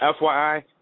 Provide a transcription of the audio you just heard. FYI